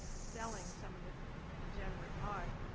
selling some of the the degenerate art.